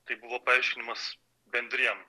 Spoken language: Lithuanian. tai buvo paaiškinimas bendriem